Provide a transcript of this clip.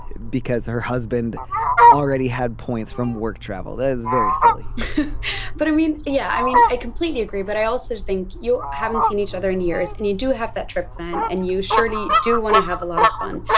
because her husband already had points from work travel that is very silly but i mean yeah i mean i completely agree but i also think you haven't seen each other in years and you do have that trip planned and you surely do want to have a lot of fun.